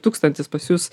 tūkstantis pas jus